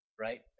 Right